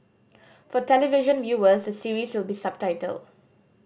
for television viewers the series will be subtitled